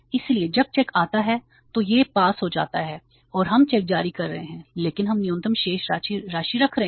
इसलिए जब चेक आता है तो यह पास हो जाता है और हम चेक जारी कर रहे हैं लेकिन हम न्यूनतम शेष राशि रख रहे हैं